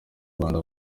rwanda